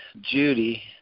Judy